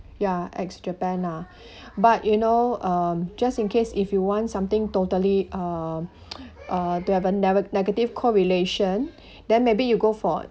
ya ex japan ah but you know um just in case if you want something totally um uh to have a ner~ negative correlation then maybe you go for